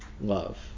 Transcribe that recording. love